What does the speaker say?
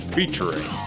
Featuring